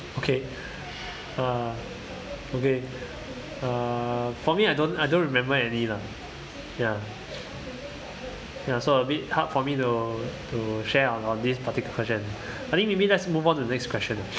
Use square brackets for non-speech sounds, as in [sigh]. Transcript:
okay uh okay err for me I don't I don't remember any lah ya [noise] ya so a bit hard for me to to share on on this particular question I think maybe let's move on to next question lah